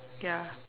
ya